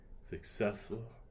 successful